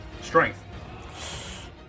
Strength